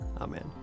amen